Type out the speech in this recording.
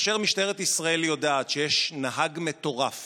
כאשר משטרת ישראל יודעת שיש נהג מטורף